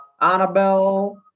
Annabelle